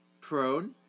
prone